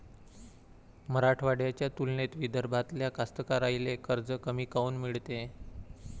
मराठवाड्याच्या तुलनेत विदर्भातल्या कास्तकाराइले कर्ज कमी काऊन मिळते?